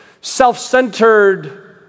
self-centered